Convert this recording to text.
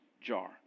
jar